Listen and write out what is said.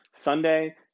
Sunday